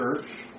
Church